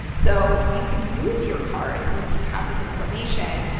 so, you can move your cards once you have this information,